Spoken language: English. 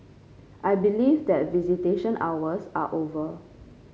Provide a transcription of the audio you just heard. I believe that visitation hours are over